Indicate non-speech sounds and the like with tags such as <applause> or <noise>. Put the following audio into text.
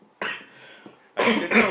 <coughs>